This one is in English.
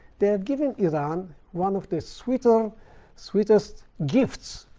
they have given iran one of the sweetest um sweetest gifts.